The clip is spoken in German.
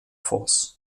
force